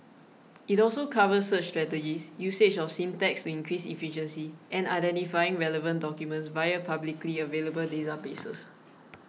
it also covers search strategies usage of syntax to increase efficiency and identifying relevant documents via publicly available databases